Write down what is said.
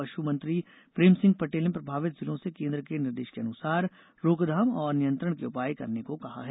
पशु मंत्री प्रेमसिंह पटेल ने प्रभावित जिलों से केन्द्र के निर्देश के अनुसार रोकथाम और नियंत्रण के उपाय करने को कहा है